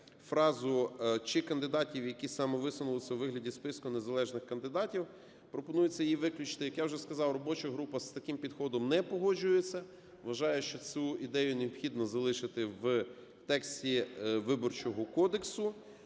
фразу "чи кандидатів, які самовисунулися у вигляді списку незалежних кандидатів", пропонується її виключити. Як я вже сказав, робоча група з таким підходом не погоджується. Вважаю, що цю ідею необхідно залишити в тексті Виборчого кодексу.